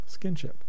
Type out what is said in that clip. skinship